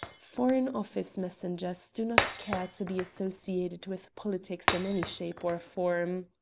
foreign office messengers do not care to be associated with politics in any shape or form.